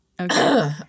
okay